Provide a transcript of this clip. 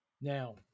Now